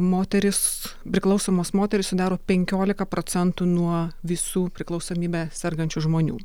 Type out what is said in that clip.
moterys priklausomos moterys sudaro penkiolika procentų nuo visų priklausomybe sergančių žmonių